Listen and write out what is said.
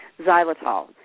xylitol